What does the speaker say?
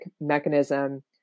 mechanism